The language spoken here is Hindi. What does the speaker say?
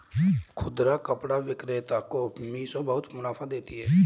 खुदरा कपड़ा विक्रेता को मिशो बहुत मुनाफा देती है